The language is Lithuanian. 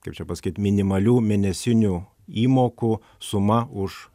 kaip čia pasakyt minimalių mėnesinių įmokų suma už